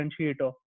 differentiator